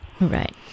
right